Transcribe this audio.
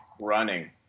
running